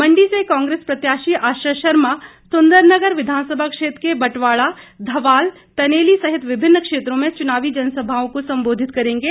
मंडी से कांग्रेस प्रत्याशी आश्रय शर्मा सुंदरनगर विधानसभा क्षेत्र के बटवाड़ा धवाल तनेली सहित विभिन्न क्षेत्रों में चुनावी जनसभाओं को संबोधित करेंगे